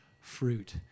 fruit